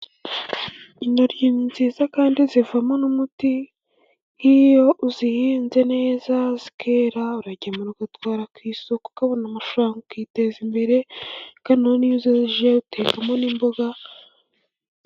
Intogi ni nziza kandi zivamo n'umuti, nk'iyo uzihinze neza zikera uragemura ugatwara ku i isoko ukabona amafaranga ukiteza imbere, kandi utekamo n'imboga.